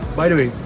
by the way,